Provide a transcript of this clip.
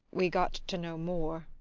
we got to know more.